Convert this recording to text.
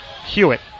Hewitt